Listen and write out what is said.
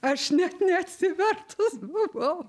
aš net neatsivertus buvau